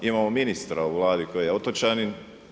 Imamo ministra u Vladi koji je otočanin.